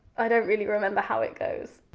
i don't really remember how it goes.